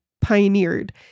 pioneered